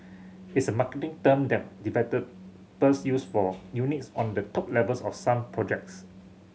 it's a marketing term that use for units on the top levels of some projects